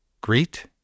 Greet